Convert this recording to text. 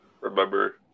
remember